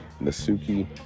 nasuki